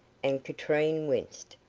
and katrine winced,